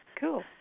cool